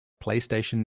playstation